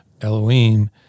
Elohim